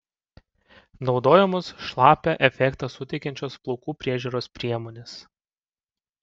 naudojamos šlapią efektą suteikiančios plaukų priežiūros priemonės